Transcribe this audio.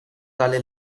dalle